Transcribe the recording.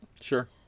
Sure